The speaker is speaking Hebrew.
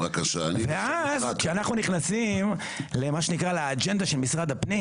כי אז אנחנו נכנסים למה שנקרא לאג'נדה של משרד הפנים.